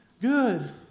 good